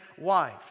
wife